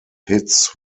hits